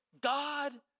God